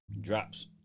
Drops